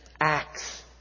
acts